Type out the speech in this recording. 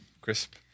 Crisp